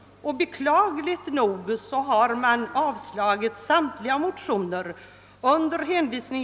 Beklagligt nog har samtliga motioner avstyrkts.